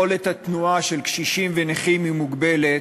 יכולת התנועה של קשישים ונכים היא מוגבלת,